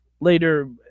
later